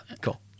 cool